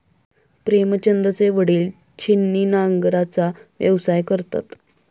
प्रेमचंदचे वडील छिन्नी नांगराचा व्यवसाय करतात